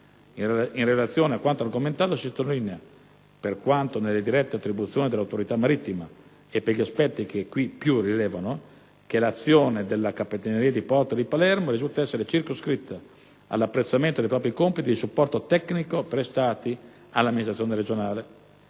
In ragione di quanto argomentato si sottolinea, per quanto nelle dirette attribuzioni dell'autorità marittima e per gli aspetti che qui più rilevano, che l'azione della Capitaneria di porto di Palermo risulta essere stata circoscritta all'apprezzamento dei propri compiti di supporto tecnico prestato all'amministrazione regionale.